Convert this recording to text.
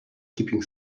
keeping